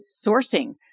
sourcing